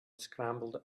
scrambled